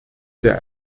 der